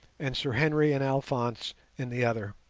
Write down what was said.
and sir henry and alphonse in the other.